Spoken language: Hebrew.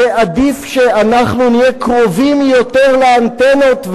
ועדיף שאנחנו נהיה קרובים יותר לאנטנות,